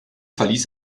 verließ